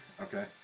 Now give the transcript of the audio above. Okay